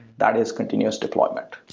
that is continuous deployment.